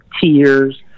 Tears